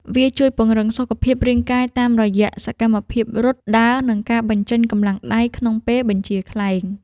វាជួយពង្រឹងសុខភាពរាងកាយតាមរយៈសកម្មភាពរត់ ដើរ និងការបញ្ចេញកម្លាំងដៃក្នុងពេលបញ្ជាខ្លែង។